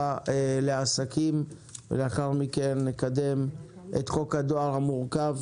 לעסקים ולאחר מכן נקדם את חוק הדואר המורכב.